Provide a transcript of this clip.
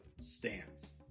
stands